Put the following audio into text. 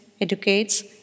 educates